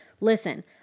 Listen